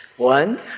One